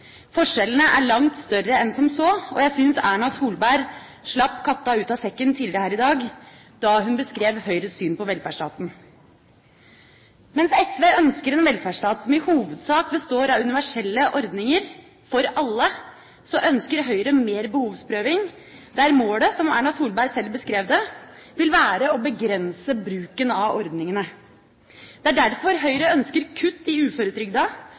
Forskjellene er langt større enn som så, og jeg syns Erna Solberg slapp katta ut av sekken tidligere her i dag da hun beskrev Høyres syn på velferdsstaten. Mens SV ønsker en velferdsstat som i hovedsak består av universelle ordninger – for alle – ønsker Høyre mer behovsprøving, der målet, som Erna Solberg sjøl beskrev det, vil være å begrense bruken av ordningene. Det er derfor Høyre ønsker kutt i